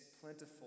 plentiful